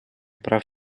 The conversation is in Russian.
прав